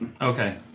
Okay